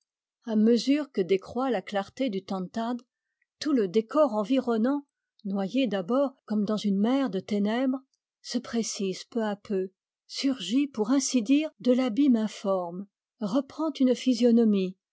a mesure que décroît la clarté du tantad tout le décor environnant noyé d'abord comme dans une mer de ténèbres se précise peu à peu surgit pour ainsi dire de l'abîme informe reprend une physionomie